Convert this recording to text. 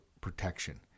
protection